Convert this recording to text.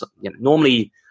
normally